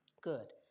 Good